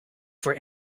for